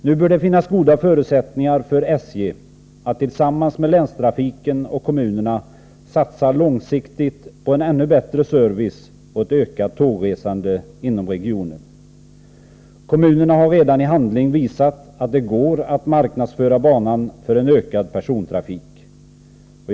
Nu bör det finnas goda förutsättningar för SJ att tillsammans med länstrafiken och kommunerna satsa långsiktigt på en ännu bättre service och ett ökat tågresande inom regionen. Kommunerna har redan i handling visat att det går att marknadsföra banan för en ökad persontrafik.